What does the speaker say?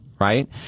right